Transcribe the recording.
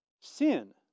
Sin